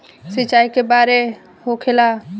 सिंचाई के बार होखेला?